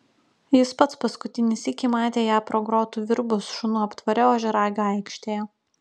jis pats paskutinį sykį matė ją pro grotų virbus šunų aptvare ožiaragio aikštėje